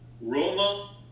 Roma